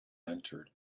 entered